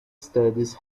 studies